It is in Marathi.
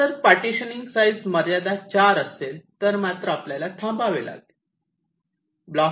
आता जर पार्टिशन साईज मर्यादा 4 असेल तर मात्र आपल्याला थांबावे लागेल